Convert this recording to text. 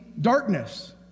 darkness